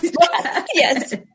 Yes